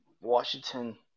Washington